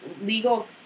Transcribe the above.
legal